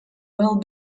well